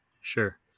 Sure